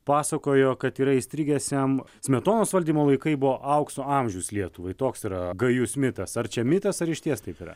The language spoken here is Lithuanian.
pasakojo kad yra įstrigęs jam smetonos valdymo laikai buvo aukso amžius lietuvai toks yra gajus mitas ar čia mitas ar išties taip yra